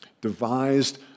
devised